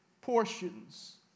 portions